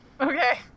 Okay